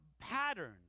pattern